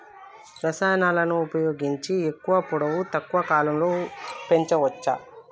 రసాయనాలను ఉపయోగించి ఎక్కువ పొడవు తక్కువ కాలంలో పెంచవచ్చా?